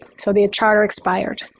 so the charter expired.